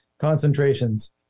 concentrations